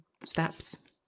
steps